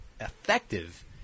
effective